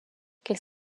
quels